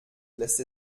lässt